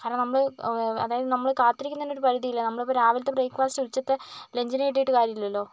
കാരണം നമ്മള് അതായത് നമ്മള് കാത്തിരിക്കുന്നത്തിന് ഒരു പരിധി ഇല്ലേ നമ്മൾ ഇപ്പോൾ രാവിലത്തെ ബ്രൈക്ക്ഫാസ്റ്റ് ഉച്ചക്കത്തെ ലഞ്ചിന് കിട്ടിയിട്ട് കാര്യമില്ലല്ലോ